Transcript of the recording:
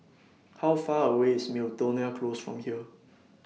How Far away IS Miltonia Close from here